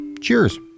cheers